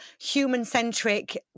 human-centric